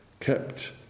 kept